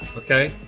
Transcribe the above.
okay.